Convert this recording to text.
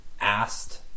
asked